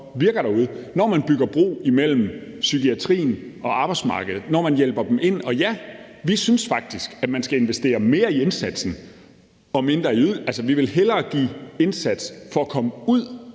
altså det, at man bygger bro imellem psykiatrien og arbejdsmarkedet, og det, at man hjælper dem ind. Vi synes faktisk, at man skal investere mere i indsatsen og mindre i ydelsen. Altså, vi vil hellere gøre en indsats for at få folk ud